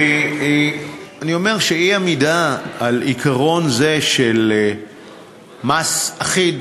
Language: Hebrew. אני אומר שאי-עמידה על עיקרון זה של מס אחיד